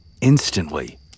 Instantly